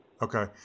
Okay